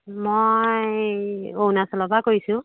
মই অৰুণাচলৰ পৰা কৰিছোঁ